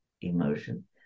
emotion